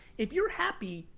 if you're happy,